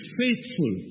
faithful